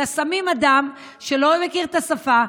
שמים אדם שלא מכיר את השפה,